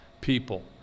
people